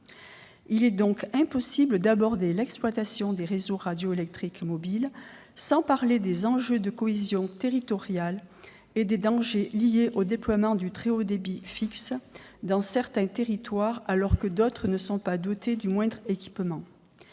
Il est donc impossible d'aborder l'exploitation des réseaux radioélectriques mobiles sans parler des enjeux de cohésion territoriale et des dangers liés au déploiement du très haut débit fixe dans certains territoires, alors que d'autres ne sont pas dotés du moindre équipement.